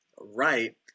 right